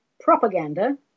Propaganda